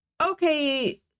okay